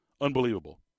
Unbelievable